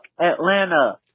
Atlanta